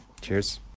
Cheers